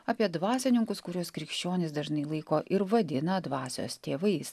apie dvasininkus kuriuos krikščionys dažnai laiko ir vadina dvasios tėvais